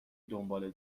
دنباله